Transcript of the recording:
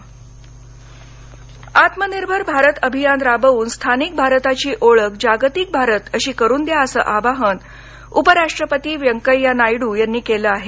नायड् आत्मनिर्भर भारत अभियान राबवून स्थानिक भारताची ओळख जागतिक भारत अशी करून द्या असं आवाहन भर उपराष्ट्रपती व्यंकया नायडू यांनी केलं आहे